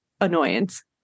annoyance